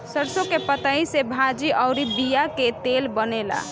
सरसों के पतइ से भाजी अउरी बिया के तेल बनेला